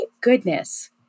goodness